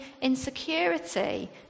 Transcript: insecurity